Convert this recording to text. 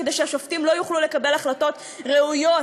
כדי שהשופטים לא יוכלו לקבל החלטות ראויות,